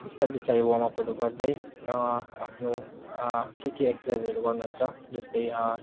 बिस्तारी बिस्तारी वार्मअपहरू गर्दै आफ्नो के के एक्ससाइजहरू गर्नुहुन्छ जस्तै